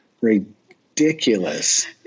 ridiculous